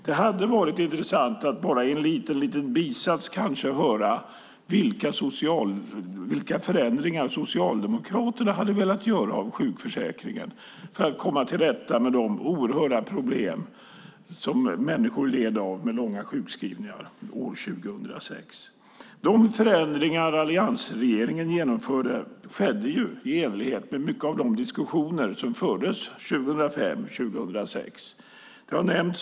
Det hade varit intressant att bara i en liten bisats höra vilka förändringar Socialdemokraterna hade velat göra av sjukförsäkringen för att komma till rätta med de oerhörda problem med långa sjukskrivningar som människor led av år 2006. De förändringar alliansregeringen genomförde skedde i enlighet med mycket av de diskussioner som fördes 2005 och 2006.